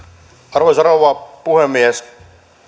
arvoisa rouva puhemies